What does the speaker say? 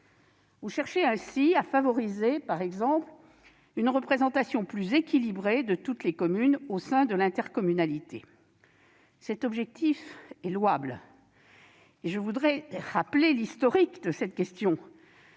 vous cherchez donc à favoriser, par exemple, une représentation plus équilibrée de toutes les communes au sein de l'intercommunalité. Cet objectif est louable et je voudrais rappeler l'historique de cette question,